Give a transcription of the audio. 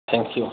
thank you